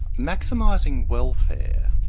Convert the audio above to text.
maximising welfare,